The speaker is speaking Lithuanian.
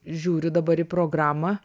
žiūriu dabar į programą